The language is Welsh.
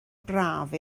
braf